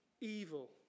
evil